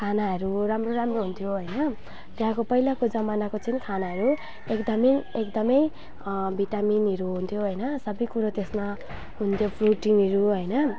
खानाहरू राम्रो राम्रो हुन्थ्यो होइन त्यहाँको पहिलाको जमानाको चाहिँ खानाहरू एकदमै एकदमै भिटामिनहरू हुन्थ्यो होइन सबैकुरो त्यसमा हुन्थ्यो फ्रुटिङहरू होइन